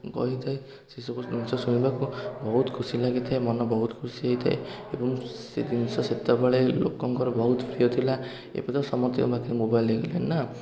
କହିଥାଏ ସେହି ସବୁ ଜିନିଷ ଶୁଣିବାକୁ ବହୁତ ଖୁସି ଲାଗିଥାଏ ମନ ବହୁତ ଖୁସି ହେଇଥାଏ ଏବଂ ସେ ଜିନିଷ ସେତେବେଳେ ଲୋକଙ୍କର ବହୁତ ପ୍ରିୟ ଥିଲା ଏବେ ତ ସମତିଙ୍କ ପାଖରେ ମୋବାଇଲ ହେଇଗଲାଣି ନାଁ